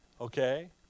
Okay